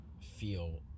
feel